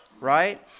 right